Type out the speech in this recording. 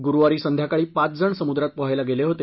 गुरुवारी संध्याकाळी पाच जण समुद्रात पोहायला गेले होते